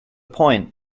point